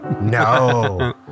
No